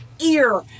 ear